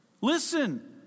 Listen